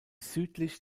südlich